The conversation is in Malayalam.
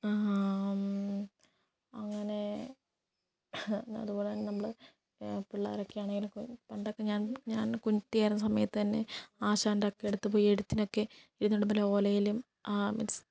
അങ്ങനെ അതുപോലെ തന്നെ നമ്മള് പിള്ളേരൊക്കെ ആണേലും പണ്ടൊക്കെ ഞാൻ കുട്ടിയായിരുന്ന സമയത്ത് തന്നെ ആശാൻറ്റക്കെ അടുത്ത് പോയി എഴുത്തിനൊക്കെ ഇരുന്നിട്ടുണ്ട് പിന്നെ ഓലയിലും മീൻസ്